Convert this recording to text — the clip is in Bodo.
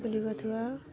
बोलि बाथौवा